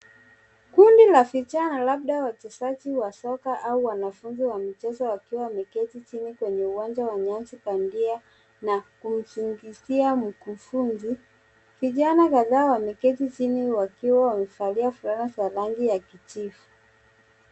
Kundi la vijana labda wachezaji wa soka au wanafunzi wa mchezo wakiwa wameketi chini kwenye uwanja wa nyasi bandia na kumsingizia mkufunzi. Vijana kadhaa wameketi chini wakiwa wamevalia fulana za rangi ya kijivu.